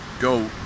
go